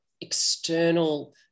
external